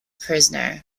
prisoner